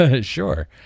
Sure